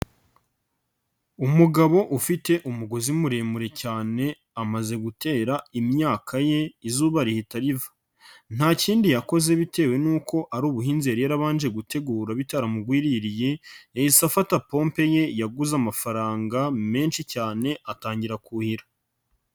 Umugabo ufite umugozi muremure cyane amaze gutera imyaka ye izuba rihita riva. Nta kindi yakoze bitewe nuko ari ubuhinzi yari yarabanje gutegura bitaramugwiririye, yahise afata pompe ye, yaguze amafaranga menshi cyane atangira kuhira.